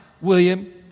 William